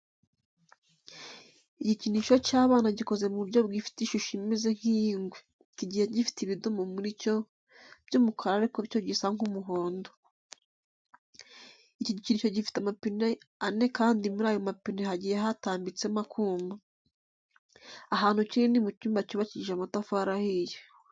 Igikinisho cy'abana gikoze mu buryo gifite ishusho imeze nk'iy'ingwe, kigiye gifite ibidomo muri cyo by'umukara ariko cyo gisa nk'umuhondo. Iki gikinisho gifite amapine ane kandi muri ayo mapine hagiye hatambitsemo akuma. Ahantu kiri ni mu cyumba cyubakishjije amatafari ahiye.